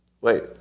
Wait